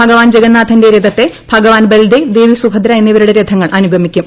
ഭഗവാൻ ജഗന്നാഥന്റെ രഥത്തെ ഭഗവാൻ ബൽദേവ് ദേവി സുഭദ്ര എന്നിവരുടെ രഥങ്ങൾ അനുഗമിക്കും